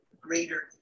greater